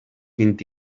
vint